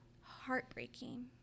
heartbreaking